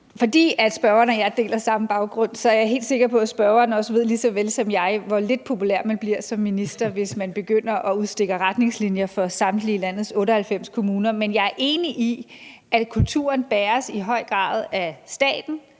Fordi spørgeren og jeg deler samme baggrund, er jeg helt sikker på, at spørgeren også ved lige så vel som jeg, hvor lidt populær man bliver som minister, hvis man begynder at udstikke retningslinjer for samtlige landets 98 kommuner, men jeg er enig i, at kulturen i høj grad bæres af staten,